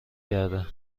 کرده